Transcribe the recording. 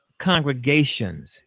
congregations